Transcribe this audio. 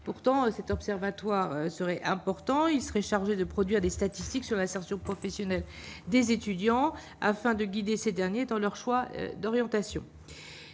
pourtant cet observatoire serait important il serait chargé de produire des statistiques sur l'insertion professionnelle des étudiants afin de guider ces derniers dans leur choix d'orientation,